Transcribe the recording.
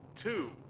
two